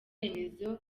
remezo